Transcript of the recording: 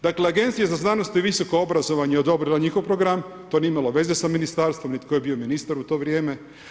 Dakle, Agencija za znanost i visoko obrazovanje je odobrila njihov program, to nije imali veze sa ministarstvo ni tko je bio ministar u to vrijeme.